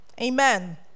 Amen